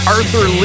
Arthur